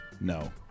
No